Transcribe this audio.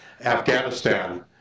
Afghanistan